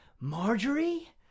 Marjorie